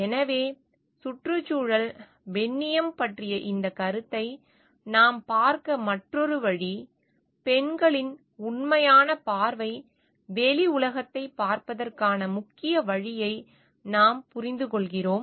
எனவே சுற்றுச்சூழல் பெண்ணியம் பற்றிய இந்த கருத்தை நாம் பார்க்க மற்றொரு வழி பெண்களின் உண்மையான பார்வை வெளி உலகத்தைப் பார்ப்பதற்கான முக்கிய வழியை நாம் புரிந்துகொள்கிறோம்